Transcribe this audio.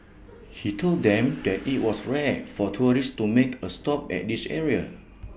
he told them that IT was rare for tourists to make A stop at this area